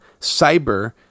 cyber